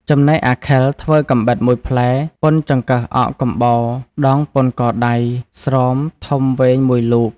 ចំណែកអាខិលធ្វើកាំបិត ១ផ្លែ ប៉ុនចង្កឹះអកកំបោរដងប៉ុនកដៃ ស្រោមធំវែងមួយលូក។